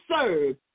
serve